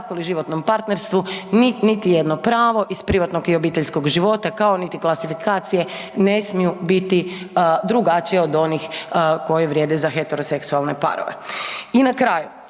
braku ili životnom partnerstvu, niti jedno pravo iz privatnog i obiteljskog života kao niti klasifikacije ne smiju b iti drugačije od onih koje vrijede za heteroseksualne parove. I na kraju,